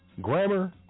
grammar